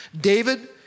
David